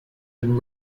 and